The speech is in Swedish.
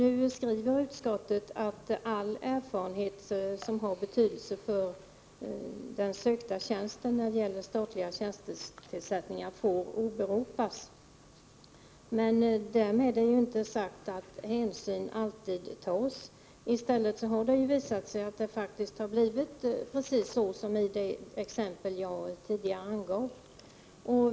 Utskottet skriver att all erfarenhet som har betydelse för den sökta tjänsten får åberopas vid statliga tjänstetillsättningar. Men därmed är det inte sagt att hänsyn alltid tas. Det har i stället visat sig att det blivit precis så som i det exempel jag anförde tidigare.